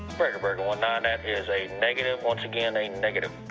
breaker, breaker one nine. that is a negative. once again, a negative.